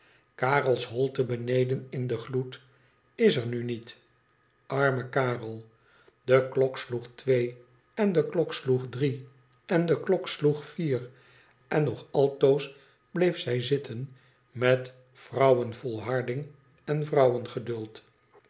karel's holte beneden in den gloed is er nu niet arme karel i de klok sloeg twee en de klok sloeg drie en de klok sloeg vier en nog altoos bleef zij zitten met vrouwen volharding en